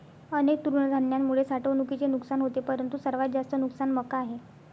अनेक तृणधान्यांमुळे साठवणुकीचे नुकसान होते परंतु सर्वात जास्त नुकसान मका आहे